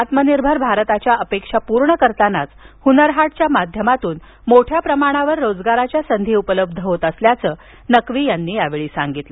आत्मनिर्भर भारताच्या अपेक्षा पूर्ण करतानाच हुनर हाटच्या माध्यमातून मोठ्या प्रमाणावर रोजगाराच्या संधी उपलब्ध होत असल्याचं नक्वी यांनी यावेळी सांगितलं